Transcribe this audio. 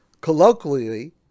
Colloquially